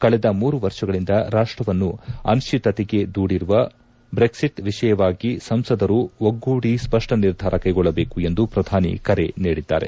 ಕಳೆದ ಮೂರು ವರ್ಷಗಳಿಂದ ರಾಷ್ಷವನ್ನು ಅನಿಶ್ಚಿತತೆಗೆ ದೂಡಿರುವ ಬ್ರೆಟ್ಟಿಟ್ ವಿಷಯವಾಗಿ ಸಂಸದರು ಒಗ್ಗೂಡಿ ಸ್ವಪ್ಸ ನಿರ್ಧಾರ ಕೈಗೊಳ್ಟದೇಕು ಎಂದು ಪ್ರಧಾನಿ ಕರೆ ನೀಡಿದ್ದಾರೆ